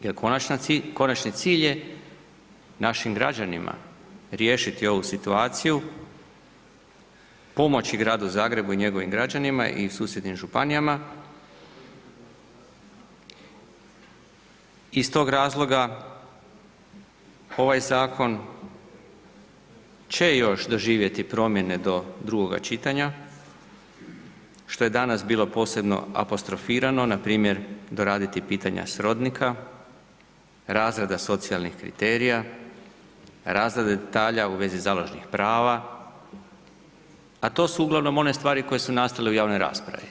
Jer, konačni cilj je našim građanima riješiti ovu situaciju, pomoći gradu Zagrebu i njegovim građanima i u susjednim županijama i iz tog razloga ovaj zakon će još doživjeti promjene do drugog čitanja, što je danas bilo posebno apostrofirano, npr. doraditi pitanja srodnika, razreda socijalnih kriterija, razrade detalja u vezi založnih prava, a to su uglavnom one stvari koje su nastale u javnoj raspravi.